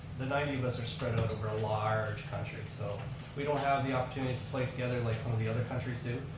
the ninety of us are spread out over a large country, so we don't have the opportunity to play together like some of the other countries do.